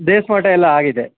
basement ಎಲ್ಲಾಆಗಿದೆ